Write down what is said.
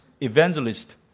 evangelist